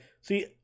see